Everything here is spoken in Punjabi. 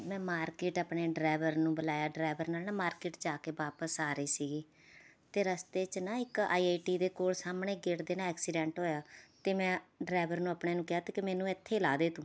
ਮੈਂ ਮਾਰਕਿਟ ਆਪਣੇ ਡਰਾਈਵਰ ਨੂੰ ਬੁਲਾਇਆ ਡਰਾਈਵਰ ਨਾਲ ਨਾ ਮਾਰਕਿਟ 'ਚ ਆ ਕੇ ਵਾਪਸ ਆ ਰਹੀ ਸੀਗੀ ਅਤੇ ਰਸਤੇ 'ਚ ਨਾ ਆਈ ਆਈ ਟੀ ਦੇ ਕੋਲ ਸਾਹਮਣੇ ਗੇਟ 'ਤੇ ਨਾ ਐਕਸੀਡੈਂਟ ਹੋਇਆ ਅਤੇ ਮੈਂ ਡਰਾਈਵਰ ਨੂੰ ਆਪਣੇ ਨੂੰ ਕਿਹਾ ਤੂੰ ਕਿ ਮੈਨੂੰ ਇੱਥੇ ਲਾਹ ਦੇ ਤੂੰ